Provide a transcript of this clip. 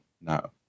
no